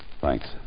Thanks